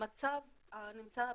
המצב הקיים בנגב,